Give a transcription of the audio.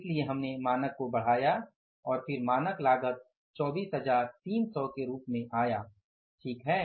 इसलिए हमने मानक को बढ़ाया और फिर मानक लागत 24300 के रूप में आया ठीक है